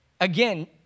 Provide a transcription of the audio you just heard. again